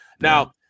Now